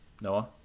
Noah